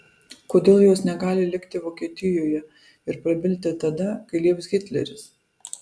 kodėl jos negali likti vokietijoje ir prabilti tada kai lieps hitleris